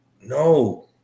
no